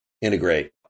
integrate